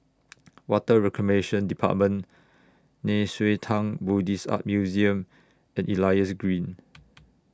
Water Reclamation department Nei Xue Tang Buddhist Art Museum and Elias Green